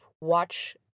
Watch